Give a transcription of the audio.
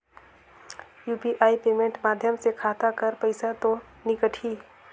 UPI payment माध्यम से खाता कर पइसा तो नी कटही?